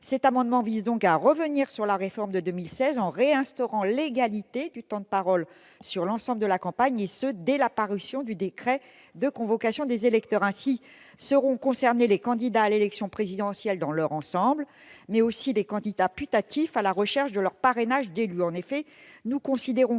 Cet amendement vise donc à revenir sur la réforme de 2016 en réinstaurant l'égalité du temps de parole pour l'ensemble de la campagne, et ce dès la parution du décret de convocation des électeurs. Ainsi seront concernés les candidats à l'élection présidentielle dans leur ensemble, mais aussi les candidats putatifs à la recherche de leurs parrainages d'élus. Nous considérons